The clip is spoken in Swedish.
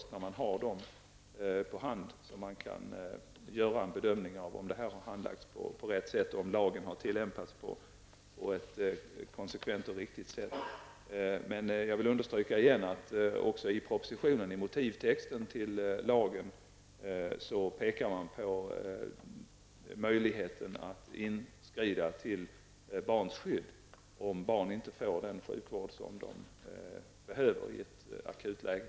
Det är först när dessa omständigheter finns tillgängliga som det går att göra en bedömning om lagen har tillämpats på ett konsekvent och riktigt sätt. Jag vill återigen understryka att i motivtexten till lagen pekar man på möjligheten att inskrida till barnets skydd om barnet inte får den sjukvård den behöver i ett akut läge.